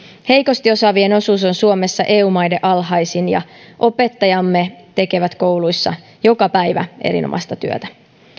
heikosti osaavien osuus on suomessa eu maiden alhaisin ja opettajamme tekevät kouluissa joka päivä erinomaista työtä